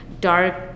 Dark